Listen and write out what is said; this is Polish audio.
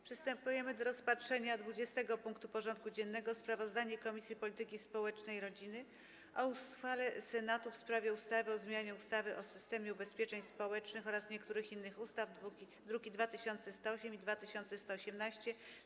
Przystępujemy do rozpatrzenia punktu 20. porządku dziennego: Sprawozdanie Komisji Polityki Społecznej i Rodziny o uchwale Senatu w sprawie ustawy o zmianie ustawy o systemie ubezpieczeń społecznych oraz niektórych innych ustaw (druki nr 2108 i 2118)